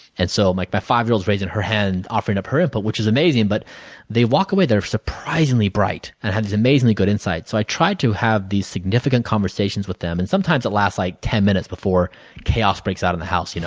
and so, my my five-year-old is raising her hand and offering up her input, which is amazing but they walk away they are surprisingly bright and have these amazingly good insights. so, i try to have these significant conversations with them and sometimes it lasts like ten minutes before chaos breaks out in the house, you know